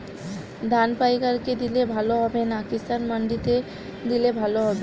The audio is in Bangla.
ধান পাইকার কে দিলে ভালো হবে না কিষান মন্ডিতে দিলে ভালো হবে?